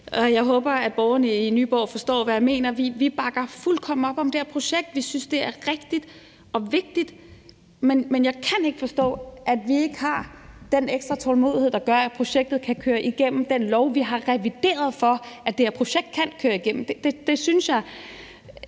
Jeg håber, at borgerne i Nyborg forstår, hvad jeg mener: Vi bakker fuldstændig op om det her projekt; vi synes, det er rigtigt og vigtigt. Men jeg kan ikke forstå, at vi ikke har den ekstra tålmodighed, der gør, at projektet kan køre igennem via den lov, vi har revideret, for at det her projekt kan køre igennem. Det synes jeg